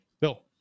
Bill